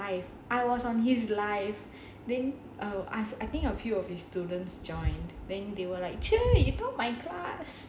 then I was on his live I was on his live then oh I've I think a few of his students joined then they were like chili you told my class